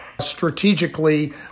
strategically